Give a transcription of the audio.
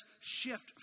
shift